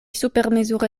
supermezure